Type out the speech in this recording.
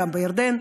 בירדן,